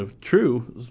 true